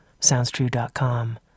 SoundsTrue.com